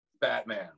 Batman